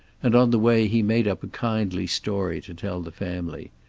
and on the way he made up a kindly story to tell the family.